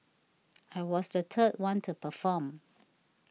I was the third one to perform